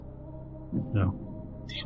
No